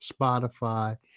Spotify